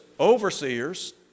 overseers